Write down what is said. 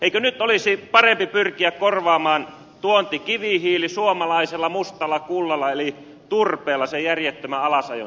eikö nyt olisi parempi pyrkiä korvaamaan tuontikivihiili suomalaisella mustalla kullalla eli turpeella sen järjettömän alasajon sijasta